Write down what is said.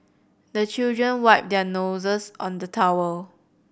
the children wipe their noses on the towel